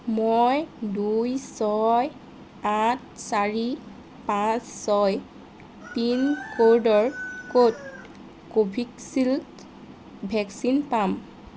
মই দুই ছয় আঠ চাৰি পাঁচ ছয় পিন ক'ডৰ ক'ত কোভিকচিল্ড ভেকচিন পাম